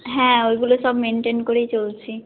হ্যাঁ ওইগুলো সব মেনটেন করেই চলছি